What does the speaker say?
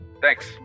Thanks